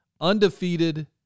undefeated